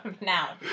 Now